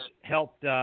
helped